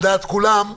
על דעת כולם,